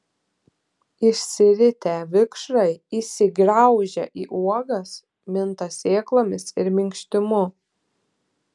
išsiritę vikšrai įsigraužia į uogas minta sėklomis ir minkštimu